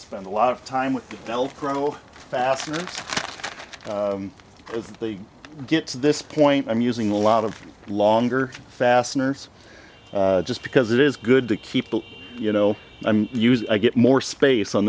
spend a lot of time with the belt grow faster if they get to this point i'm using a lot of longer fasteners just because it is good to keep you know i'm using i get more space on